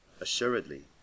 Assuredly